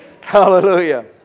Hallelujah